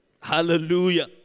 Hallelujah